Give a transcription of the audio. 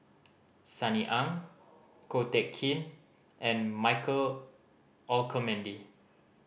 Sunny Ang Ko Teck Kin and Michael Olcomendy